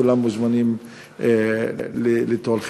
כולם מוזמנים ליטול חלק.